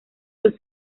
los